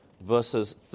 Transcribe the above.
verses